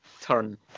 turn